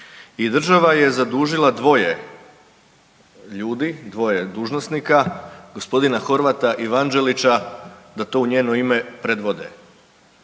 I država je zadužila dvoje ljudi, dvoje dužnosnika, gospodina Horvata i Vanđelića da to u njeno predvode.